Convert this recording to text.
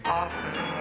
often